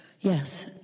Yes